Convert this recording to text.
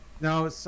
no